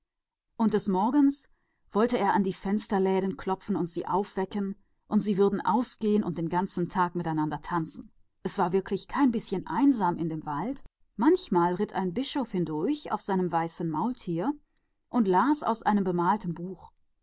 dämmerung würde er an die läden klopfen und sie wecken und sie würden hinausgehen und den ganzen tag lang zusammen tanzen wahrhaftig es war nicht einsam im walde bisweilen ritt ein bischof vorbei auf einem weißen maultier und las in einem gemalten buch